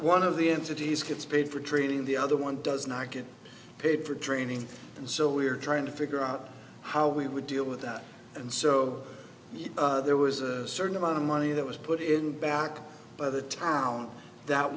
one of the entities gets paid for treating the other one does not get paid for training and so we are trying to figure out how we would deal with that and so there was a certain amount of money that was put in back by the town that